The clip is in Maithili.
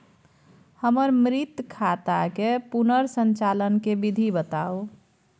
हमर मृत खाता के पुनर संचालन के विधी बताउ?